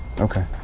Okay